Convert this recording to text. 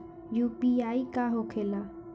UPI का होखेला?